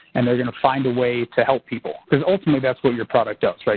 and they're going to find a way to help people. because ultimately that's what your product does, right.